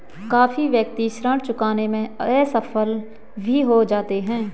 काफी व्यक्ति ऋण चुकाने में असफल भी हो जाते हैं